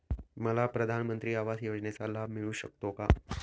मला प्रधानमंत्री आवास योजनेचा लाभ मिळू शकतो का?